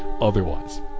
otherwise